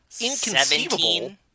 inconceivable